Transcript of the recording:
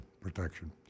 protection